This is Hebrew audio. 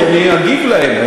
כי אני אגיב עליהם,